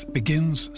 begins